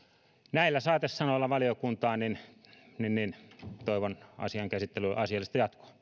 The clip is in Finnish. näillä saatesanoilla valiokuntaan toivon asian käsittelyyn asiallista jatkoa